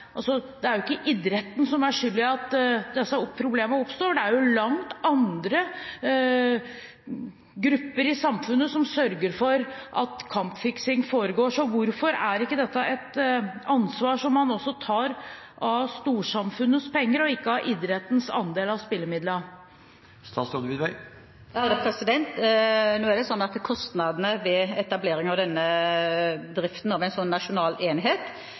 andre grupper i samfunnet som sørger for at kampfiksing foregår. Så hvorfor er ikke dette et ansvar der man også tar av storsamfunnets penger, og ikke av idrettens andel av spillemidlene? Kostnadene ved etablering av driften av en slik nasjonal enhet synes vi det er rimelig dekkes av spillemidlene til idrettsformål. Vi vet at når det gjelder antidoping, er det også kostnader som dekkes av